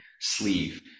sleeve